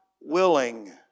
willing